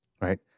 Right